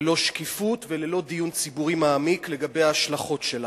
ללא שקיפות וללא דיון ציבורי מעמיק לגבי ההשלכות שלה.